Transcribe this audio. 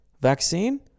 Vaccine